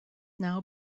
now